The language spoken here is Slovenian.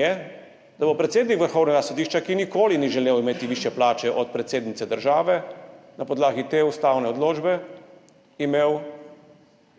je, da bo predsednik Vrhovnega sodišča, ki nikoli ni želel imeti višje plače od predsednice države, na podlagi te ustavne odločbe imel